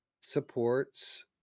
supports